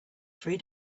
three